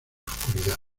oscuridad